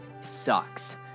sucks